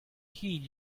heed